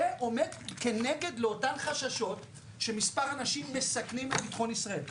זה עומד כנגד אותם חששות שמספר אנשים מסכנים את ביטחון ישראל.